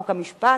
חוק ומשפט,